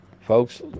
Folks